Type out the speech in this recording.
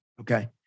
Okay